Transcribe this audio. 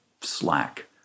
slack